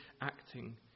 acting